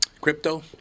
Crypto